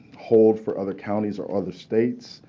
hold for other counties or other states,